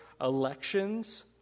elections